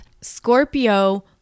Scorpio